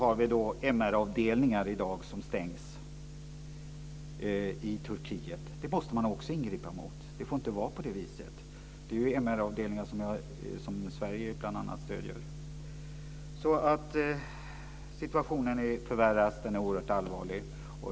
MR avdelningar stängs i dag i Turkiet. Det måste man också ingripa mot. Det får inte vara på det viset. Det är MR-avdelningar som Sverige bl.a. stöder. Situationen är tyvärr oerhört allvarlig.